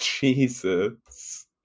Jesus